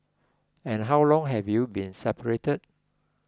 and how long have you been separated